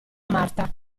marta